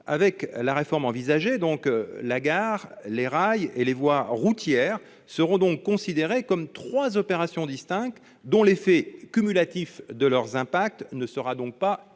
avec la réforme envisagée, la gare, les rails et les voies routières seraient donc considérés comme trois opérations distinctes, dont l'effet cumulatif des impacts ne sera donc pas évalué.